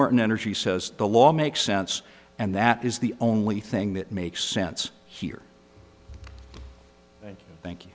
martin energy says the law makes sense and that is the only thing that makes sense here thank you